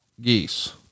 geese